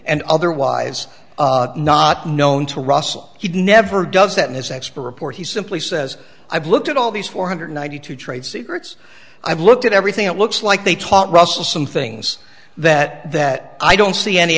and otherwise not known to russell he never does that in his expert report he simply says i've looked at all these four hundred ninety two trade secrets i've looked at everything it looks like they taught russell some things that that i don't see any